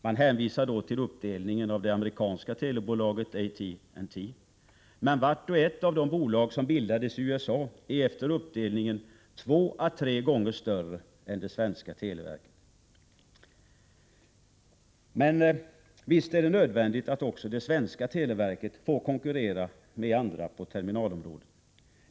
Man hänvisar då till uppdelningen av det amerikanska telebolaget AT&T. Men vart och ett av de bolag som bildades i USA efter uppdelningen är 2-3 gånger större än det svenska televerket. Men, visst är det nödvändigt att också det svenska televerket får konkurrera med andra på terminalområdet.